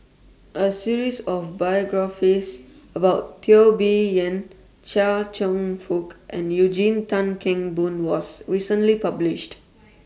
A series of biographies about Teo Bee Yen Chia Cheong Fook and Eugene Tan Kheng Boon was recently published